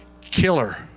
killer